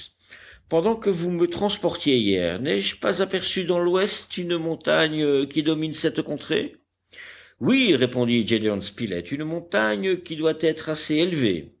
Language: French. pendant que vous me transportiez hier n'ai-je pas aperçu dans l'ouest une montagne qui domine cette contrée oui répondit gédéon spilett une montagne qui doit être assez élevée